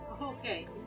Okay